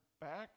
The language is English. back